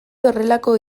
horrelako